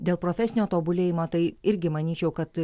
dėl profesinio tobulėjimo tai irgi manyčiau kad